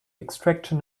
extraction